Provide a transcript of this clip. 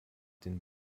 den